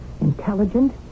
intelligent